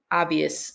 obvious